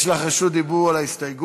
יש לך רשות דיבור על ההסתייגות.